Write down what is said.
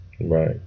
Right